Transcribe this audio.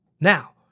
Now